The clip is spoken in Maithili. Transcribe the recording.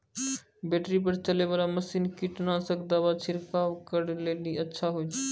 बैटरी पर चलै वाला मसीन कीटनासक दवा छिड़काव करै लेली अच्छा होय छै?